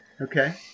Okay